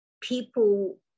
people